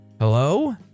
Hello